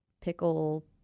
pickle